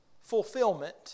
fulfillment